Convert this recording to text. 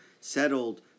settled